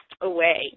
away